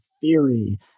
theory